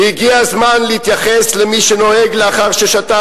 והגיע הזמן להתייחס למי שנוהג לאחר ששתה